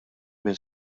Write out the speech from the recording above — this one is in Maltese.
minn